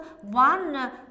One